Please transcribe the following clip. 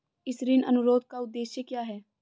इस ऋण अनुरोध का उद्देश्य क्या है?